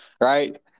Right